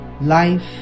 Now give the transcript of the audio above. life